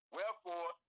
Wherefore